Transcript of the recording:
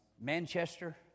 Manchester